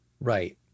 Right